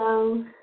Hello